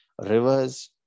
rivers